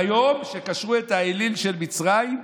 ביום שקשרו את האליל של מצרים.